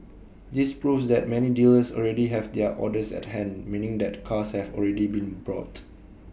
this proves that many dealers already have their orders at hand meaning that cars have already been brought